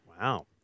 Wow